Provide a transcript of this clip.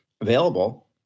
available